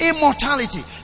Immortality